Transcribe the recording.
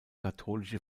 katholische